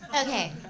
Okay